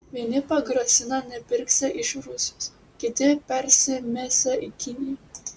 vieni pagrasina nepirksią iš rusijos kiti persimesią į kiniją